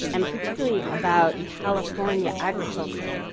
and particularly about california agriculture.